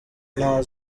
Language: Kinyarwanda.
nta